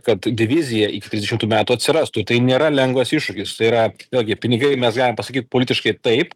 kad divizija iki trisdešimtų metų atsirastų tai nėra lengvas iššūkis tai yra vėlgi pinigai mes galim pasakyt politiškai taip